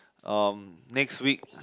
um next week